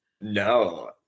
No